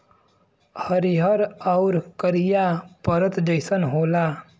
हरिहर आउर करिया परत जइसन होला